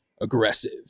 aggressive